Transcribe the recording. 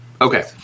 Okay